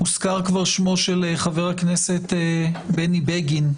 כבר הוזכר שמו של חבר הכנסת בני בגין,